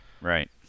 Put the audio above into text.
Right